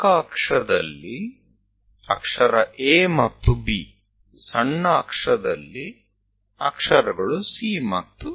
મુખ્ય અક્ષ પર અક્ષર A અને B ગૌણ અક્ષ પર અક્ષર C અને D